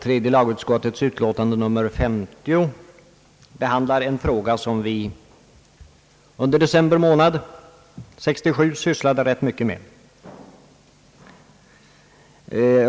Tredje lagutskottets utlåtande nr 50 behandlar en fråga som vi under december månad 1967 sysslade rätt mycket med.